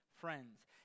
friends